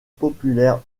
populaire